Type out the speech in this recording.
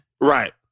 Right